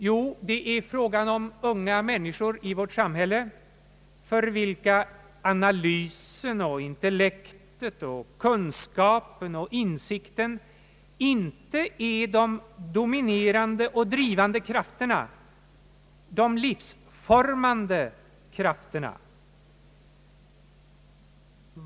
Jo, det är fråga om unga människor i vårt samhälle för vilka analysen, inteHlektet, kunskapen och insikten icke är de dominerande och drivande krafterna, de livsformande krafterna.